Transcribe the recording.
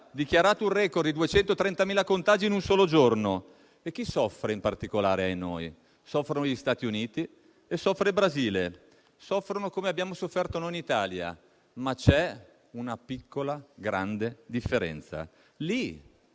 toccato un *record* di 230.000 contagi in un solo giorno. Chi soffre, in particolare, ahinoi? Gli Stati Uniti e il Brasile soffrono, come abbiamo sofferto noi in Italia, ma con una piccola, grande differenza: lì